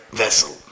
vessel